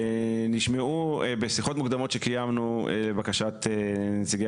בשיחות מוקדמות שקיימנו לבקשת נציגי